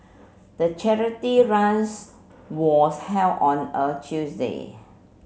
the charity runs was held on a Tuesday